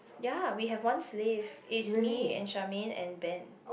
ya we have one slave is me and Charmaine and Ben